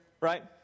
right